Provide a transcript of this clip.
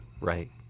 Right